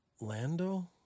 Lando